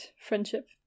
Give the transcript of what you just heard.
friendship